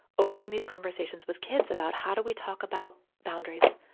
opening these conversations with kids about how do we talk about boundaries?